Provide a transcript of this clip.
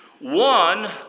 one